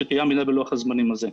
שתהיה עמידה בלוח הזמנים הזה,